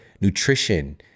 nutrition